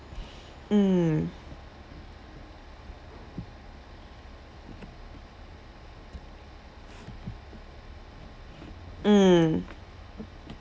mm mm